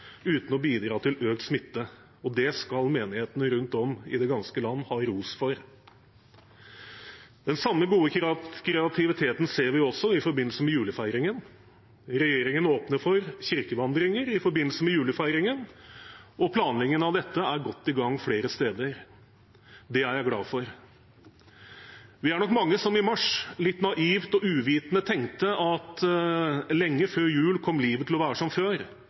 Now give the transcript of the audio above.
uten å bidra til økt smitte. Det skal menighetene rundt om i det ganske land ha ros for. Den samme gode kreativiteten ser vi også i forbindelse med julefeiringen. Regjeringen åpner for kirkevandringer i forbindelse med julefeiringen, og planleggingen av dette er godt i gang flere steder. Det er jeg glad for. Vi er nok mange som i mars litt naivt og uvitende tenkte at livet kom til å være som før